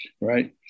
right